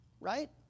right